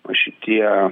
va šitie